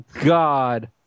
god